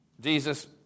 Jesus